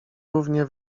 równie